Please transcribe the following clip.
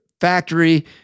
factory